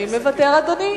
האם מוותר אדוני?